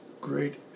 great